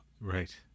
right